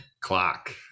clock